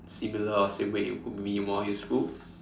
similar or same weight it could be more useful